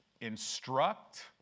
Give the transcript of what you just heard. instruct